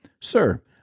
Sir